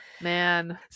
man